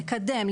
לקדם,